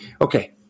Okay